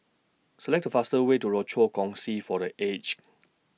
Select The fastest Way to Rochor Kongsi For The Aged